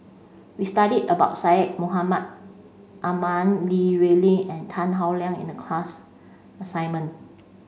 we studied about Syed Mohamed Ahmed Li Rulin and Tan Howe Liang in the class assignment